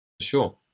sure